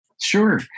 Sure